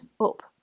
up